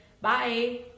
Bye